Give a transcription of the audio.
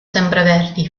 sempreverdi